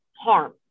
harm